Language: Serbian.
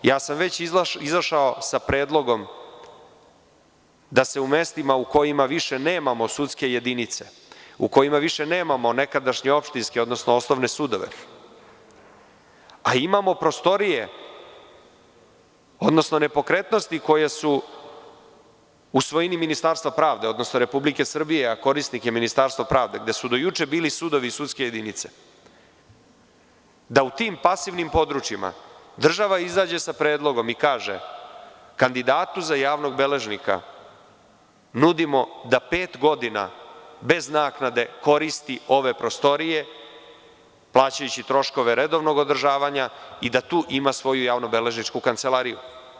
Već sam izašao sa predlogom da se u mestima u kojima više nemamo sudske jedinice, u kojima više nemamo nekadašnji opštinske, odnosno osnovne sudove, a imamo prostorije, odnosno nepokretnosti koje su u svojini Ministarstva pravde, odnosno Republike Srbije, a korisnik je Ministarstvo pravde gde su do juče bili sudovi i sudske jedinice, da u tim pasivnim područjima država izađe sa predlogom i kaže kandidatu za javnog beležnika nudimo da pet godina bez naknade koristi ove prostorije plaćajući troškove redovnog održavanja i da tu ima svoju javnu beležničku kancelariju.